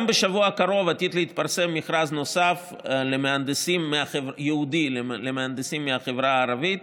בשבוע הקרוב עתיד להתפרסם מכרז ייעודי נוסף למהנדסים מהחברה הערבית,